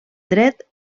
dret